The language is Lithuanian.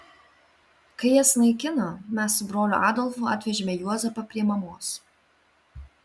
kai jas naikino mes su broliu adolfu atvežėme juozapą prie mamos